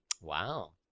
Wow